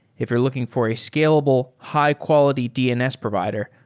if you're looking for a scalable, high-quality dns provider,